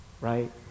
right